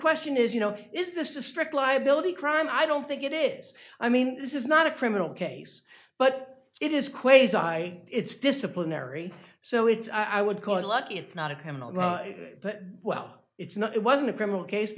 question is you know is this a strict liability crime i don't think it is i mean this is not a criminal case but it is quasar i it's disciplinary so it's i would call it luck it's not a criminal well it's not it wasn't a criminal case